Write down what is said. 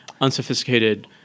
unsophisticated